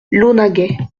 launaguet